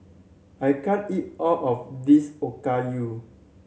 I can't eat all of this Okayu